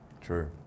True